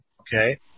Okay